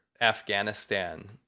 Afghanistan